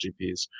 GPs